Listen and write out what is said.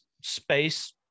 space